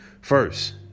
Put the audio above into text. first